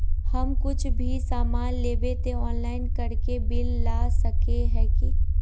हम कुछ भी सामान लेबे ते ऑनलाइन करके बिल ला सके है की?